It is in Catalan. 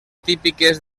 típiques